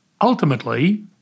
ultimately